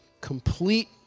complete